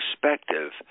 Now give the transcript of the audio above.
perspective